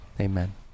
Amen